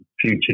future